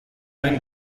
einen